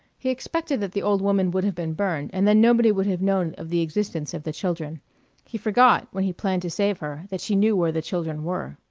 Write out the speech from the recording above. he expected that the old woman would have been burned, and then nobody would have known of the existence of the children he forgot, when he planned to save her, that she knew where the children were.